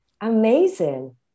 amazing